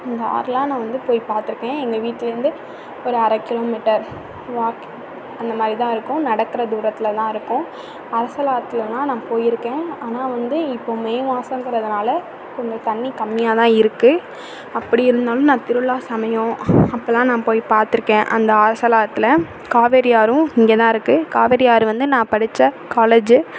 அந்த ஆறுலாம் நான் வந்து போய் பார்த்துருக்கேன் எங்கள் வீட்லேருந்து ஒரு அரை கிலோமீட்டர் வாக் அந்த மாதிரி தான் இருக்கும் நடக்கிற தூரத்தில் தான் இருக்கும் அரசல் ஆத்துலெலான் நான் போயிருக்கேன் ஆனால் வந்து இப்போது மே மாசம்ங்கிறதுனால் கொஞ்சம் தண்ணி கம்மியாக தான் இருக்குது அப்படி இருந்தாலும் நான் திருவிழா சமயம் அப்போலாம் நான் போய் பார்த்துருக்கேன் அந்த அரசல் ஆத்தில் காவேரி ஆறும் இங்கே தான் இருக்குது காவேரி ஆறு வந்து நான் படித்த காலேஜு